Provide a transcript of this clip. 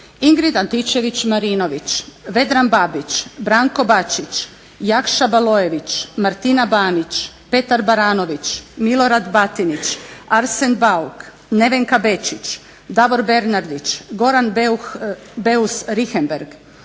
Ingrid Antičević Marinović, Vedran Babić, Branko Bačić, Jakša Balojević, Martina Banić, Petar Baranović, Milorad Batinić, Arsen Bauk, Nevenka Bečić, Davor Bernardić, Goran Beus Richembergh,